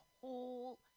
whole